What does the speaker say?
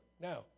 Now